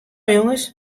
jonges